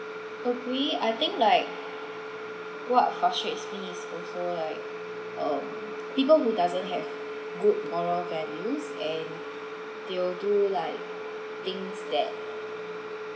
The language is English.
agree I think like what frustrates me is also like um people who doesn't have good moral values and they will do like things that